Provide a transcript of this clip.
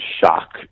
shock